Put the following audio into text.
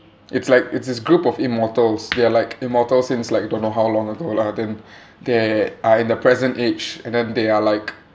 it's like it's this group of immortals they're like immortals since like don't know how long ago lah then they are in the present age and then they are like